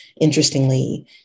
Interestingly